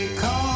come